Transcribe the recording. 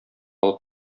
алып